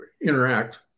interact